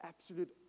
Absolute